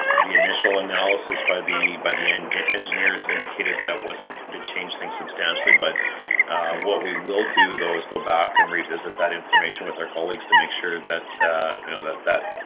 the initial analysis by the by the end engineers indicated that it wasn't going to change things substantially, but what we will do, those go back and revisit that information with our colleagues to make sure that. you know that that.